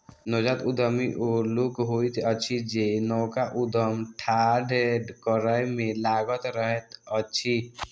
नवजात उद्यमी ओ लोक होइत अछि जे नवका उद्यम ठाढ़ करै मे लागल रहैत अछि